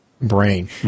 brain